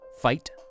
Fight